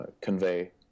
convey